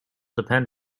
depend